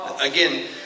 Again